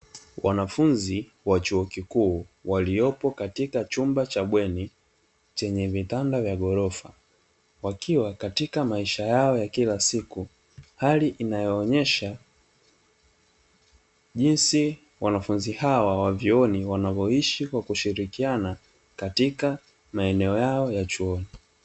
Wanafunzi wa chuo kikuu waliopo katika chumba cha bweni chenye vitanda vya ghorofa, wakiwa katika maisha yao ya kila siku; hali inayoonyesha jinsi wanafunzi hao wavyuoni wanavyoishi kwa kushirikiana katika maeneo yao ya chuoni.